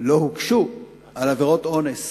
לא הוגשו על עבירות אונס